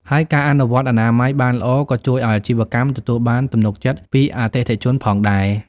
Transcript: ហើយការអនុវត្តអនាម័យបានល្អក៏ជួយឱ្យអាជីវកម្មទទួលបានទំនុកចិត្តពីអតិថិជនផងដែរ។